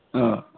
ꯑꯥ